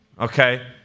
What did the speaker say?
Okay